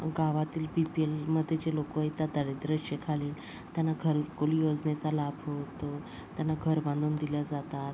गावातील P P एलमध्ये जे लोक येतात दारिद्र्यरेषेखाली त्यांना घरकुल योजनेचा लाभ होतो त्याना घर बांधून दिले जातात